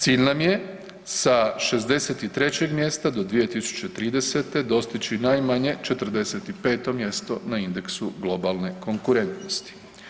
Cilj nam je sa 63. mjesta do 2030. dostići najmanje 45. mjesto na indeksu globalne konkurentnosti.